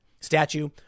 statue